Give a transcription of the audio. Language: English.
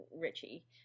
Richie